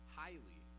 highly